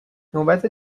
نوبت